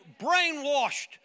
brainwashed